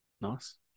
Nice